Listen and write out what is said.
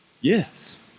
Yes